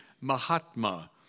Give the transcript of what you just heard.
Mahatma